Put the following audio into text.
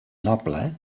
noble